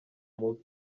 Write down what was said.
mubi